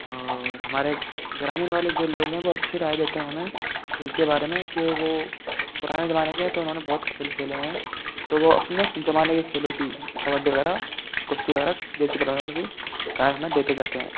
और हमारे ग्रामीण वाले जो लोग हैं अच्छी राय देते हैं खेल के बारे में कि वो पुराने ज़माने के हैं तो उन्होंने बहुत खेल खेले हैं तो वे अपने ज़माने के खेलो की कबड्डी वगैरह कुश्ती वगैरह देशी वगैरह की राय हमें देते जाते हैं